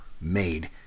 made